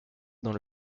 dans